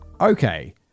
Okay